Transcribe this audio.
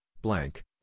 blank